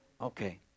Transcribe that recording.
Okay